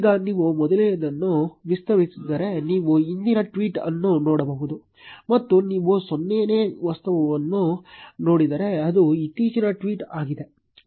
ಈಗ ನೀವು ಮೊದಲನೆಯದನ್ನು ವಿಸ್ತರಿಸಿದರೆ ನೀವು ಹಿಂದಿನ ಟ್ವೀಟ್ ಅನ್ನು ನೋಡಬಹುದು ಮತ್ತು ನೀವು 0 ನೇ ವಸ್ತುವನ್ನು ನೋಡಿದರೆ ಅದು ಇತ್ತೀಚಿನ ಟ್ವೀಟ್ ಆಗಿದೆ